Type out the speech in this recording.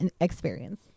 experience